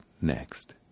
next